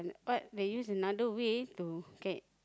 but they use another way to get